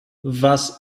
was